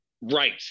right